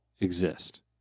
exist